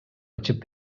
ачып